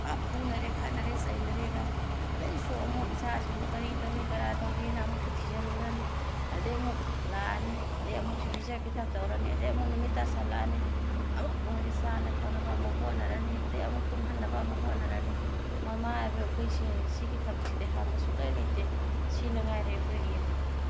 ꯑꯥ ꯐꯨꯅꯔꯦ ꯈꯠꯅꯔꯦ ꯆꯩꯅꯔꯦꯒ ꯑꯗꯩꯁꯨ ꯑꯃꯨꯛ ꯏꯆꯥꯁꯤꯡꯗꯨ ꯀꯔꯤ ꯇꯧꯔꯤ ꯀꯔꯥ ꯇꯧꯔꯤꯑꯅ ꯑꯃꯨꯛꯁꯨ ꯊꯤꯖꯤꯜꯂꯨꯔꯅꯤ ꯑꯗꯩ ꯑꯃꯨꯛ ꯂꯥꯛꯑꯅꯤ ꯑꯗꯩ ꯑꯃꯨꯛꯁꯨ ꯄꯤꯖ ꯄꯤꯊꯛ ꯇꯧꯔꯅꯤ ꯑꯗꯩ ꯑꯃꯨꯛ ꯅꯨꯃꯤꯠ ꯇꯥꯁꯤꯜꯂꯛꯑꯅꯤ ꯑꯃꯨꯛ ꯃꯣꯏꯒꯤ ꯆꯥꯅ ꯊꯛꯅꯕ ꯑꯃꯨꯛ ꯍꯣꯠꯅꯔꯅꯤ ꯑꯗꯩ ꯑꯃꯨꯛ ꯇꯨꯝꯍꯟꯅꯕ ꯑꯃꯨꯛ ꯍꯣꯠꯅꯔꯅꯤ ꯃꯃꯥ ꯍꯥꯏꯕ ꯑꯩꯈꯣꯏꯁꯦ ꯁꯤꯒꯤ ꯊꯕꯛꯁꯤꯗꯤ ꯍꯥꯡꯕ ꯁꯨꯡꯂꯩ ꯂꯩꯇꯦ ꯁꯤꯃꯉꯥꯏꯔꯦ ꯑꯩꯈꯣꯏꯒꯤ ꯍꯥꯏꯕꯨ